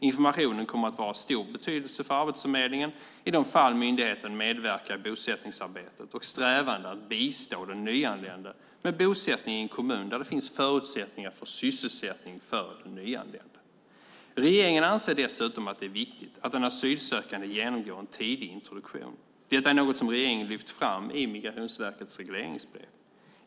Informationen kommer att vara av stor betydelse för Arbetsförmedlingen i de fall myndigheten medverkar i bosättningsarbetet och strävandena att bistå den nyanlände med bosättning i en kommun där det finns förutsättningar för sysselsättning för den nyanlände. Regeringen anser dessutom att det är viktigt att den asylsökande genomgår en tidig introduktion. Detta är något som regeringen lyft fram i Migrationsverkets regleringsbrev.